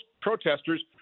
protesters